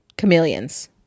Chameleons